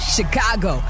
Chicago